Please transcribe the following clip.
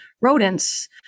rodents